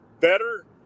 better